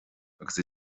agus